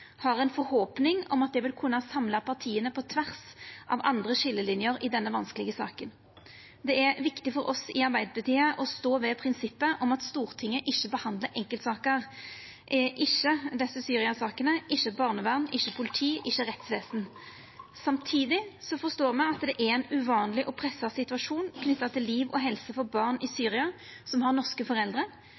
har ei forhåpning om at det vil kunna samla partia på tvers av andre skiljelinjer i denne vanskelege saka. Det er viktig for oss i Arbeidarpartiet å stå ved prinsippet om at Stortinget ikkje behandlar enkeltsaker – ikkje desse Syria-sakene, ikkje barnvern, ikkje politi, ikkje rettsvesen. Samtidig forstår me at det er ein uvanleg og pressa situasjon knytt til liv og helse for barn i Syria som har norske foreldre,